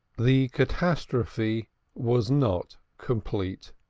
the catastrophe was not complete.